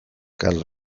karl